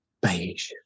beige